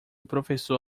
professor